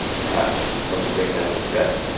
perhaps permanent brain damage, death.